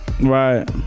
right